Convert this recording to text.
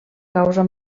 causa